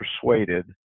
persuaded